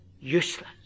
Useless